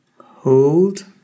Hold